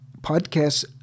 podcasts